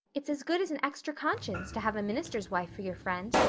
it's as good as an extra conscience to have a minister's wife for your friend.